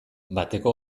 bateko